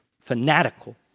fanatical